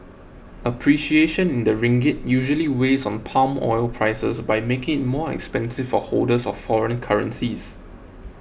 appreciation in the ringgit usually weighs on palm oil prices by making it more expensive for holders of foreign currencies